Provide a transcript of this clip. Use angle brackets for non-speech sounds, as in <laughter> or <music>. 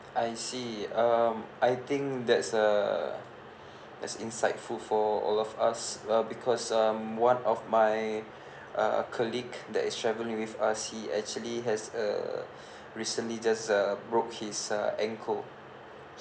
I see um I think that's uh that's insightful for all of us uh because um one of my uh colleague that is traveling with us he actually has uh <breath> recently just uh broke his uh ankle